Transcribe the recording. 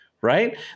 right